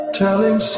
telling